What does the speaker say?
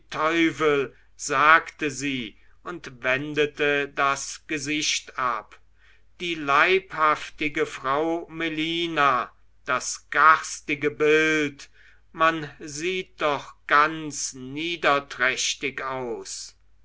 sagte sie und wendete das gesicht ab die leibhaftige frau melina das garstige bild man sieht doch ganz niederträchtig aus